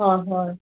হয় হয়